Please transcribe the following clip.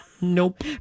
Nope